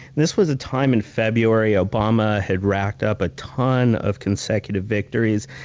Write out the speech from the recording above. this was a time in february obama had racked up a ton of consecutive victories.